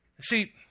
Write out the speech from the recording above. See